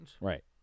Right